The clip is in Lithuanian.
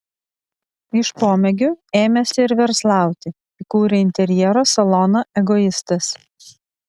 iš pomėgių ėmėsi ir verslauti įkūrė interjero saloną egoistas